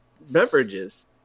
beverages